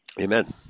Amen